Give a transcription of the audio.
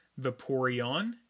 Vaporeon